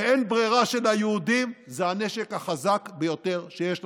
ואין ברירה של היהודים זה הנשק החזק ביותר שיש לנו.